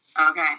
Okay